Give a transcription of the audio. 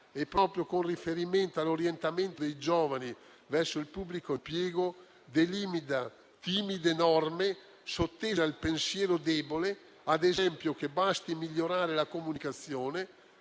È proprio con riferimento all'orientamento dei giovani verso il pubblico impiego che si delineano timide norme, sottese al pensiero debole, ritenendo ad esempio che basti migliorare la comunicazione,